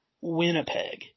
Winnipeg